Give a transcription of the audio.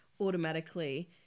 automatically